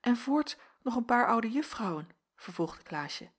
en voorts nog een paar oude juffrouwen vervolgde klaasje